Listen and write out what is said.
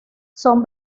son